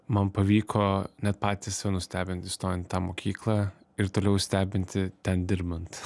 man pavyko net patį save nustebint įstojan į tą mokyklą ir toliau stebinti ten dirbant